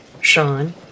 Sean